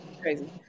crazy